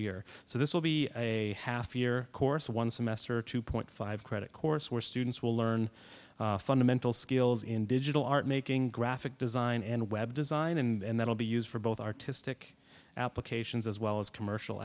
year so this will be a half year course one semester two point five credit course where students will learn fundamental skills in digital art making graphic design and web design and that will be used for both artistic applications as well as commercial